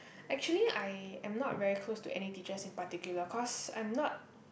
actually I am not very close to any teachers in particular because I'm not